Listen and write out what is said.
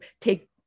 take